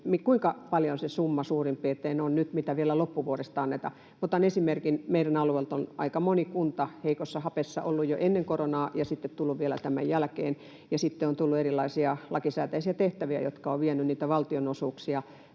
kuinka paljon se summa suurin piirtein nyt on, mitä vielä loppuvuodesta annetaan. Otan esimerkin: Meidän alueeltamme on aika moni kunta ollut heikossa hapessa jo ennen koronaa ja sitten vielä tämän jälkeen, ja sitten on tullut erilaisia lakisääteisiä tehtäviä, jotka ovat vieneet valtionosuuksia.